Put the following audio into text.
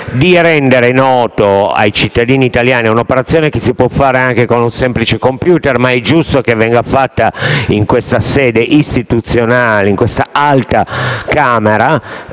di rendere noto un dato ai cittadini italiani. È un'operazione che si può compiere utilizzando un semplice *computer*, ma è giusto che venga fatta in questa sede istituzionale, in questa Alta Camera